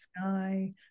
sky